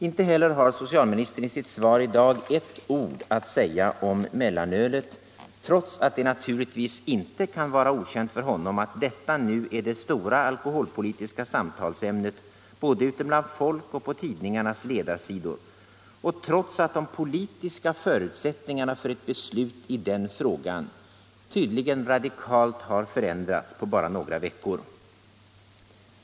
Inte heller har socialministern i sitt svar i dag ett ord att säga om mellanölet, trots att det naturligtvis inte kan vara okänt för honom att detta nu är det stora alkoholpolitiska samtalsämnet både ute bland folk och på tidningarnas ledarsidor och trots att de politiska förutsättningarna för ett beslut i den frågan tydligen radikalt har förändrats på bara några veckor.